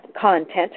content